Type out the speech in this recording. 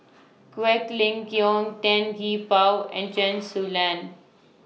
Quek Ling Kiong Tan Gee Paw and Chen Su Lan